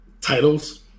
Titles